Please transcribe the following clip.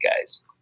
guys